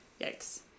Yikes